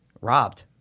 robbed